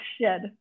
shed